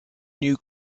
new